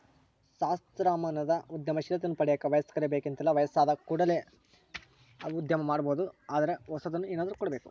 ಸಹಸ್ರಮಾನದ ಉದ್ಯಮಶೀಲತೆಯನ್ನ ಪಡೆಯಕ ವಯಸ್ಕರೇ ಬೇಕೆಂತಲ್ಲ ವಯಸ್ಸಾದಮೇಲೆ ಕೂಡ ಉದ್ಯಮ ಮಾಡಬೊದು ಆದರೆ ಹೊಸದನ್ನು ಏನಾದ್ರು ಕೊಡಬೇಕು